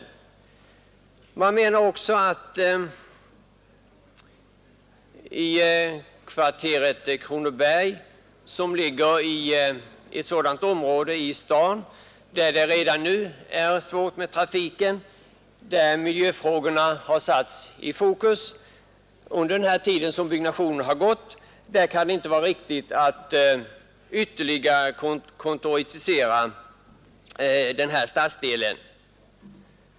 Motionärerna anser också att kvarteret Kronoberg ligger i ett sådant område av staden där trafiken redan nu är svår och där miljöfrågorna är besvärliga. Det kan inte vara riktigt att ytterligare kontorisera denna stadsdel.